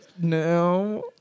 No